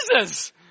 Jesus